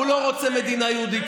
הוא לא רוצה מדינה יהודית,